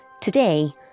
today